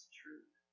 truth